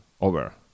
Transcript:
over